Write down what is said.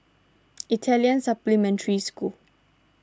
Italian Supplementary School